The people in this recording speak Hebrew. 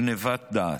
גנבת דעת.